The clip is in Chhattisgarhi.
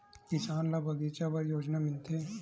किसान ल बगीचा बर का योजना मिलथे?